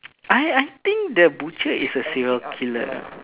I I think the butcher is a serial killer